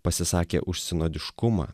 pasisakė už sinodiškumą